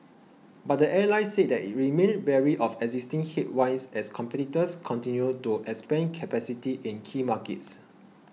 but the airline said that it remained wary of existing headwinds as competitors continue to expand capacity in key markets